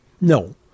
no